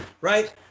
right